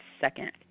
second